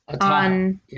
on